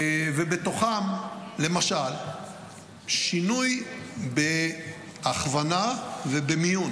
בתוכם למשל שינוי בהכוונה ובמיון.